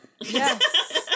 Yes